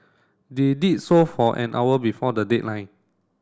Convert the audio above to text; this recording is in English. they did so for an hour before the deadline